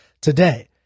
today